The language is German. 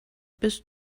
bist